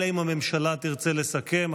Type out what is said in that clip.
אלא אם כן הממשלה תרצה לסכם,